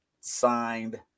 signed